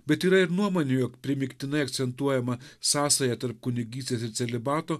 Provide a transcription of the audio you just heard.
bet yra ir nuomonių jog primygtinai akcentuojama sąsaja tarp kunigystės ir celibato